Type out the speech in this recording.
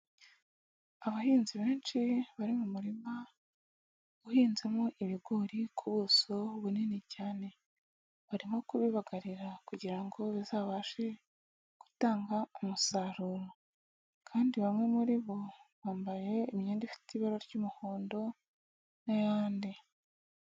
Abahinzi benshi bari mu murima uhinzemo ibigori ku buso bunini cyane, barimo kubibagarira kugira ngo bazabashe gutanga umusaruro kandi bamwe muri bo bambaye imyenda ifite ibara ry'umuhondo n'ayandi.